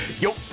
Yo